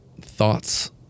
thoughts